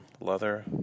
Leather